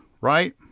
right